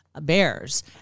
bears